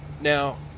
Now